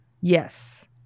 Yes